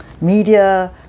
media